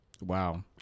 Wow